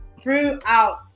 throughout